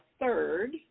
third